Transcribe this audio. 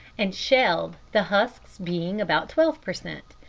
and shelled, the husks being about twelve per cent.